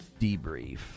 Debrief